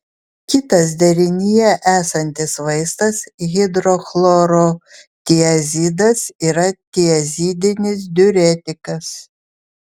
kitas derinyje esantis vaistas hidrochlorotiazidas yra tiazidinis diuretikas